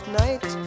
night